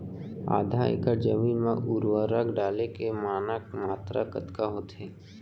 आधा एकड़ जमीन मा उर्वरक डाले के मानक मात्रा कतका होथे?